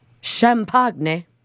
champagne